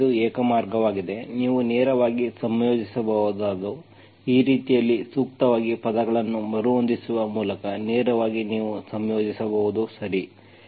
ಆದ್ದರಿಂದ ಇದು ಏಕಮಾರ್ಗವಾಗಿದೆ ನೀವು ನೇರವಾಗಿ ಸಂಯೋಜಿಸಬಹುದಾದ ರೀತಿಯಲ್ಲಿ ಸೂಕ್ತವಾಗಿ ಪದಗಳನ್ನು ಮರುಹೊಂದಿಸುವ ಮೂಲಕ ನೇರವಾಗಿ ನೀವು ಸಂಯೋಜಿಸಬಹುದು ಸರಿ